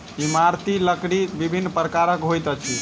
इमारती लकड़ी विभिन्न प्रकारक होइत अछि